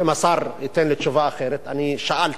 אם השר ייתן לי תשובה אחרת, שאלתי,